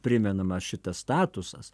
primenamas šitas statusas